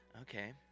Okay